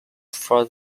for